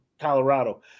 Colorado